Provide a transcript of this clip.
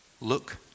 Look